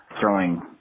throwing